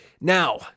Now